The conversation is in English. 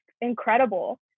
incredible